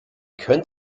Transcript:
könnt